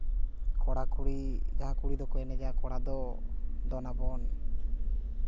ᱠᱚᱲᱟᱼᱠᱩᱲᱤ ᱡᱟᱦᱟᱸᱭ ᱠᱩᱲᱤ ᱫᱚᱠᱚ ᱮᱱᱮᱡᱟ ᱠᱚᱲᱟ ᱫᱚ ᱫᱚᱱ ᱟᱵᱚᱱ